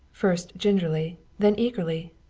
first gingerly, then eagerly.